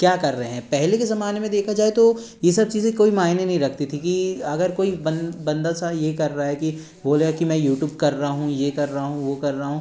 क्या कर रहे हैं पहले के ज़माने में देखा जाए तो ये सब चीज़ें कोई मायने नी रखती थी कि अगर कोई बंदा सा ये कर रहा है कि बोलेगा कि मैं यूटूब कर रहा हूँ ये कर रहा हूँ वो कर रहा हूँ